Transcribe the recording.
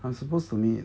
I'm supposed to meet